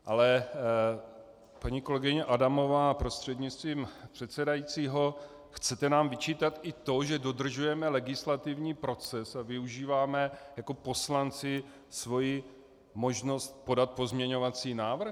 Ale paní kolegyně Adamová prostřednictvím předsedajícího, chcete nám vyčítat i to, že dodržujeme legislativní proces a využíváme jako poslanci svoji možnost podat pozměňovací návrh?